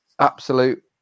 absolute